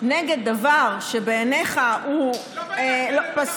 נגד דבר שבעיניך הוא פסול,